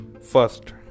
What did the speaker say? first